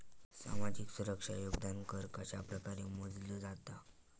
सामाजिक सुरक्षा योगदान कर कशाप्रकारे मोजलो जाता